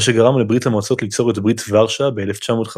מה שגרם לברית המועצות ליצור את ברית ורשה ב-1955